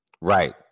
Right